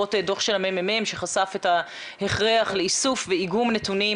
לרבות דוח של הממ"מ שחשף את ההכרח לאיסוף ואיגום נתונים.